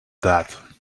that